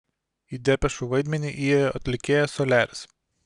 į depešų vaidmenį įėjo atlikėjas soliaris